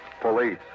Police